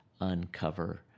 uncover